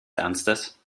ernstes